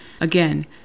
Again